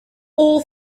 all